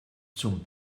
zum